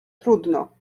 trudno